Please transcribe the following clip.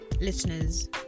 listeners